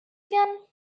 again